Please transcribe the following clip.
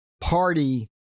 party